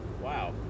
wow